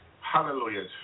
Hallelujah